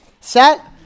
Set